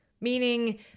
meaning